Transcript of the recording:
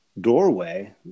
doorway